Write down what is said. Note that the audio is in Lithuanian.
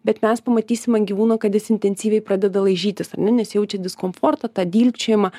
bet mes pamatysim ant gyvūno kad jis intensyviai pradeda laižytis ar ne nes jaučia diskomfortą tą dilgčiojimą